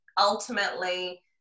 ultimately